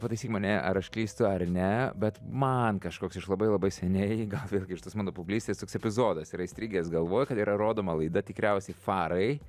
pataisyk mane ar aš klystu ar ne bet man kažkoks iš labai labai seniai gal vėlgi iš tos mano paauglystės toks epizodas yra įstrigęs galvoj kad yra rodoma laida tikriausiai farai